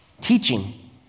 teaching